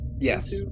Yes